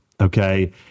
Okay